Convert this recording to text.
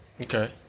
Okay